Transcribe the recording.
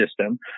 system